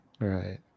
Right